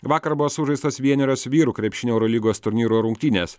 vakar buvo sužaistos vienerios vyrų krepšinio eurolygos turnyro rungtynės